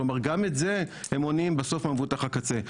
כלומר גם את זה הם מונעים בסוף ממבוטח הקצה.